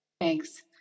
Thanks